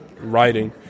writing